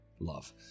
love